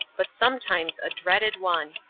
but sometimes a dreaded one.